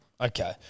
Okay